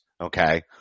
okay